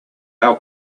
our